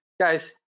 guys